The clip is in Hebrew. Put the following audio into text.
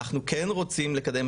אנחנו כן רוצים לקדם,